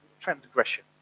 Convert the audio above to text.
Transgression